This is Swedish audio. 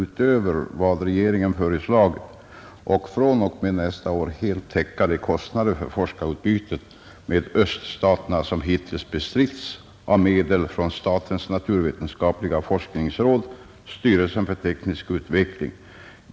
utöver vad regeringen föreslagit och fr.o.m. nästa år helt täcka de kostnader för forskarutbytet med öststaterna som hittills bestritts av medel från statens naturvetenskapliga forskningsråd och styrelsen för teknisk utveckling.